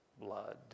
blood